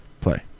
Play